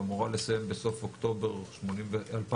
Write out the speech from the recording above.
ואמורה לסיים בסוף אוקטובר 2025,